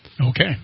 Okay